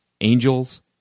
angels